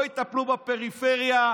לא יטפלו בפריפריה,